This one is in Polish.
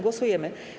Głosujemy.